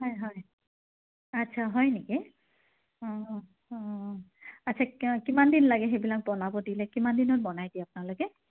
হয় হয় আচ্ছা হয় নেকি অঁ অঁ আচ্ছা কে কিমান দিন লাগে সেইবিলাক বনাব দিলে কিমান দিনত বনাই দিয়ে আপোনালোকে